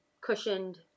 cushioned